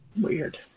weird